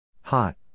Hot